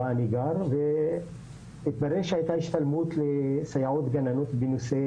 בה אני גר והתברר שהייתה השתלמות לסייעות גננות בנושא